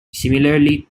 similarly